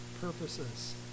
purposes